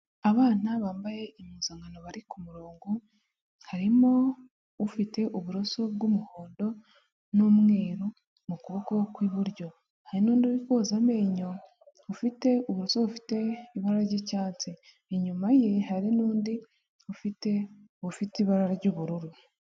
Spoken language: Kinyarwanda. Abana bambaye impuzankano bari ku murongo harimo ufite uburoso bw'umuhondo n'umweru mu kuboko kw'iburyo, hari n'undi uri koza amenyo ufite uburoso bufite ibara ry'icyatsi, inyuma ye hari n'undi ufite ubufite ibara ry'ubururu.